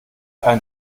einen